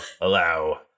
allow